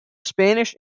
spanish